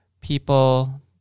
people